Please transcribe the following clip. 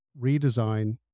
redesign